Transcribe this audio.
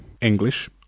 English